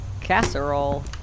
casserole